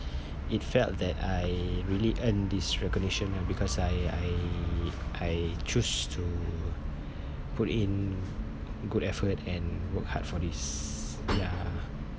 it felt that I really earned this recognition lah because I I I choose to put in good effort and work hard for this ya